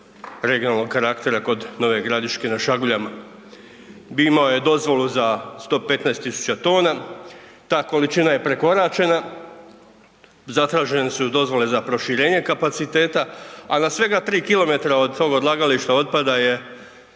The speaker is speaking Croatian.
regionalnog karaktera kod Nove Gradiške na Šaguljama. Imao je dozvolu za 115.000 tona, ta količina je prekoračena, zatražene su dozvole za proširenje kapaciteta, a na svega tri kilometra od toga odlagališta otpada je